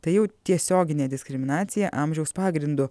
tai jau tiesioginė diskriminacija amžiaus pagrindu